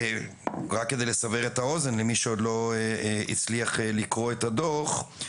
רק כדי לסבר את האוזן למי שעוד לא הצליח לקרוא את הדוח,